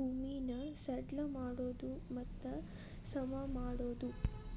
ಭೂಮಿನ ಸಡ್ಲ ಮಾಡೋದು ಮತ್ತ ಸಮಮಾಡೋದು